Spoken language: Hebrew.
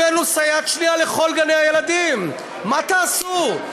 הבאנו סייעת שנייה לכל גני-הילדים, מה תעשו?